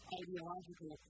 ideological